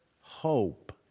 hope